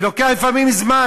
כי זה לוקח לפעמים זמן.